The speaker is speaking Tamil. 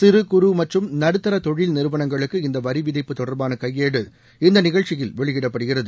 சிறு குறு மற்றும் நடுத்தர தொழில் நிறுவனங்களுக்கு இந்த வரிவிதிப்பு தொடர்பான கையேடு இந்த நிகழ்ச்சியில் வெளியிடப்படுகிறது